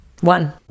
one